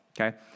okay